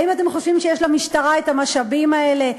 האם אתם חושבים שיש למשטרה המשאבים האלה?